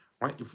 Right